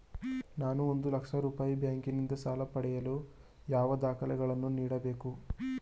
ನಾನು ಒಂದು ಲಕ್ಷ ರೂಪಾಯಿ ಬ್ಯಾಂಕಿನಿಂದ ಸಾಲ ಪಡೆಯಲು ಯಾವ ದಾಖಲೆಗಳನ್ನು ನೀಡಬೇಕು?